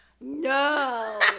No